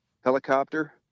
helicopter